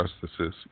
justices